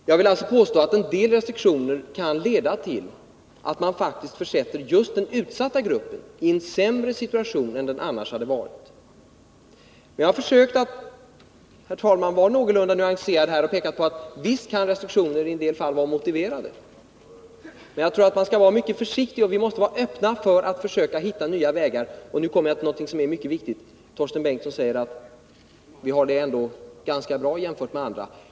Jag vill alltså påstå att en del restriktioner kan leda till att man faktiskt försätter just den utsatta gruppen i en sämre situation än den annars hade varit i. Jag har försökt, herr talman, att vara någorlunda nyanserad och har pekat på att i en del fall kan restriktioner vara motiverade. Men jag tror att man skall vara mycket försiktig. Vi måste vara öppna för att försöka hitta nya vägar. Och nu kommer jag till någonting som är mycket viktigt: Torsten Bengtson säger att vi i Sverige ändå har det ganska bra jämfört med andra.